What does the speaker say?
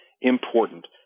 important